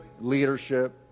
leadership